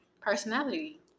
personality